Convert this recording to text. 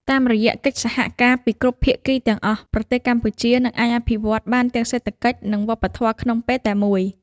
តាមរយៈកិច្ចសហការពីគ្រប់ភាគីទាំងអស់ ប្រទេសកម្ពុជានឹងអាចអភិវឌ្ឍបានទាំងសេដ្ឋកិច្ចនិងវប្បធម៌ក្នុងពេលតែមួយ។